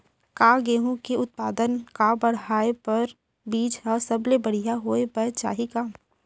का गेहूँ के उत्पादन का बढ़ाये बर बीज ह सबले बढ़िया होय बर चाही का?